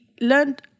learned